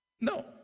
No